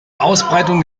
ausbreitung